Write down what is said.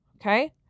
Okay